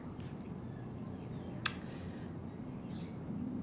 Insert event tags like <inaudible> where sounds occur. <noise>